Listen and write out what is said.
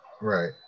Right